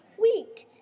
week